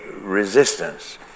resistance